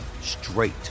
straight